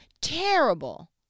terrible